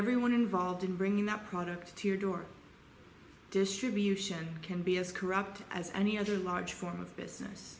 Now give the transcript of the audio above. everyone involved in bringing that product to your door distribution can be as corrupt as any other large form of business